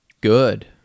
good